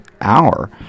hour